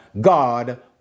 God